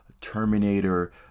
Terminator